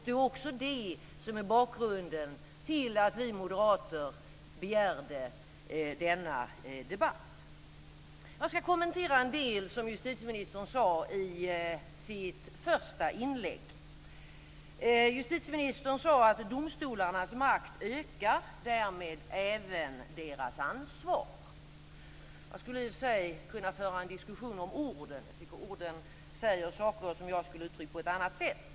Det är också det som är bakgrunden till att vi moderater begärde denna debatt. Jag ska kommentera en del som justitieministern sade i sitt första inlägg. Justitieministern sade att domstolarnas makt ökar och därmed även deras ansvar. Jag skulle i och för sig kunna föra en diskussion om orden. Jag tycker att orden säger saker som jag skulle ha uttryckt på ett annat sätt.